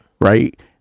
right